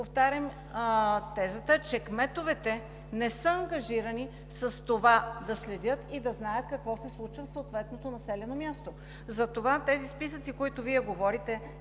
повтарям тезата, че кметовете не са ангажирани с това да следят и да знаят какво се случва в съответното населено място. Затова тези списъци, за които Вие говорите,